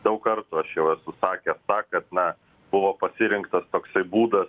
daug kartų aš jau esu sakęs kad na buvo pasirinktas toksai būdas